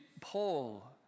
Paul